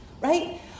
Right